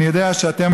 אני יודע שאתם,